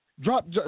Drop